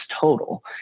total